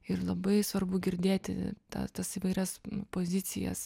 ir labai svarbu girdėti tą tas įvairias pozicijas